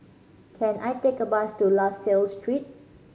can I take a bus to La Salle Street